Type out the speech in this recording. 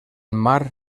mar